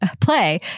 play